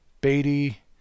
Beatty